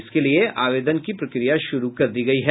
इसके लिए आवेदन की प्रक्रिया शुरू कर दी गयी है